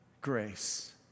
Grace